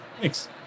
Thanks